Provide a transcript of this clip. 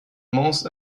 most